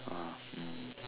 !wah! mm